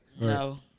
No